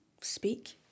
speak